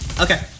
Okay